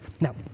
Now